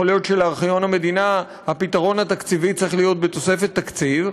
יכול להיות שלארכיון המדינה הפתרון התקציבי צריך להיות בתוספת תקציב,